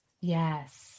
Yes